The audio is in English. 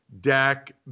Dak